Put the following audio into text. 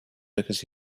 because